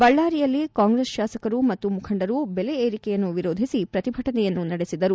ಬಳ್ದಾರಿಯಲ್ಲಿ ಕಾಂಗ್ರೆಸ್ ಶಾಸಕರು ಮತ್ತು ಮುಖಂಡರು ಬೆಲೆ ಏರಿಕೆಯನ್ನು ವಿರೋಧಿಸಿ ಪ್ರತಿಭಟನೆಯನ್ನು ನಡೆಸಿದರು